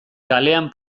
kalean